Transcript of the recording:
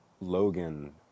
Logan